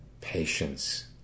patience